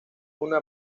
una